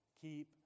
Keep